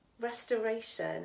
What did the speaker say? Restoration